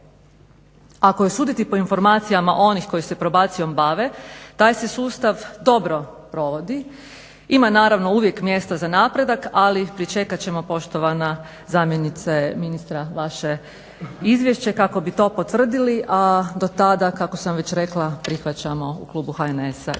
Ako je suditi po informacijama onih koji se probacijom bave, taj se sustav dobro provodi, ima naravno uvijek mjesta za napredak ali pričekat ćemo poštovana zamjenice ministra vaše izvješće kako bi to potvrdili, a do tada kako sam već rekla prihvaćamo u klubu HNS-a